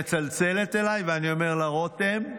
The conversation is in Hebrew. ומצלצלת אליי, אני אומר לה: רותם,